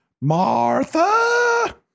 martha